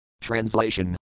Translation